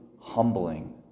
humbling